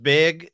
big